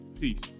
Peace